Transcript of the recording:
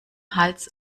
hals